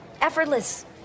effortless